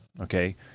Okay